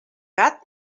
gat